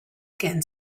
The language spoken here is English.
again